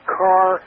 car